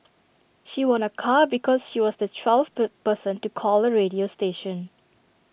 she won A car because she was the twelfth per person to call the radio station